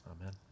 Amen